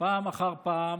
פעם אחר פעם,